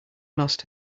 lost